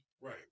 right